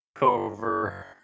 Over